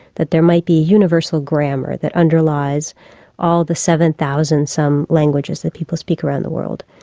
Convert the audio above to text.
that there might be a universal grammar that underlies all the seven thousand some languages that people speak around the world.